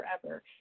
forever